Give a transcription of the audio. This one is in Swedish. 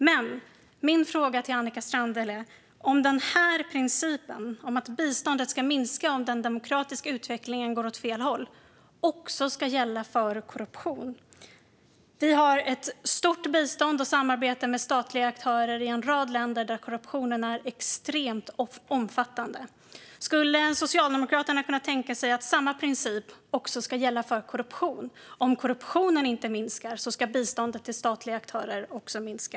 Min fråga till Annika Strandhäll är: Ska principen om att biståndet ska minska om den demokratiska utvecklingen går åt fel håll också gälla för korruption? Vi har ett stort bistånd till och samarbete med statliga aktörer i en rad länder där korruptionen är extremt omfattande. Skulle Socialdemokraterna kunna tänka sig att samma princip också ska gälla för korruption? Om korruptionen inte minskar ska biståndet till statliga aktörer minska.